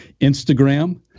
Instagram